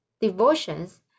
devotions